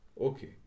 Okay